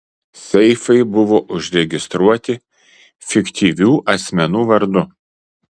seifai buvo užregistruoti fiktyvių asmenų vardu